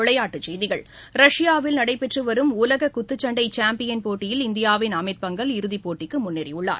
விளையாட்டுச் செய்திகள் ரஷ்யாவில் நடைபெற்று வரும் உலக குத்துச்சண்டை சாம்பியன் போட்டியில் இந்தியாவின் அமித் பங்கல் இறுதிப் போட்டிக்கு முன்னேறியுள்ளார்